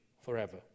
forever